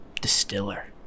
distiller